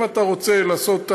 אם אתה רוצה לעשות תעמולה,